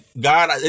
God